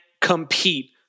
compete